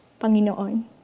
Panginoon